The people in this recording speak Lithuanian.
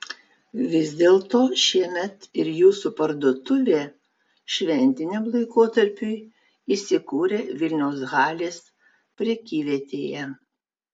vis dėlto šiemet ir jūsų parduotuvė šventiniam laikotarpiui įsikūrė vilniaus halės prekyvietėje